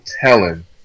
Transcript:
telling